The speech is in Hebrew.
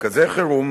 מרכזי חירום,